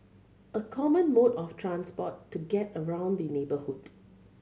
a common mode of transport to get around the neighbourhood